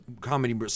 comedy